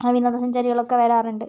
വിനോദസഞ്ചാരികൾ ഒക്കെ വരാറുണ്ട്